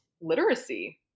literacy